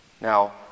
Now